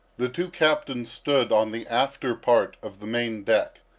the two captains stood on the after part of the main-deck,